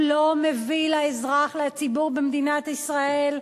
הוא לא מביא לאזרח, לציבור במדינת ישראל,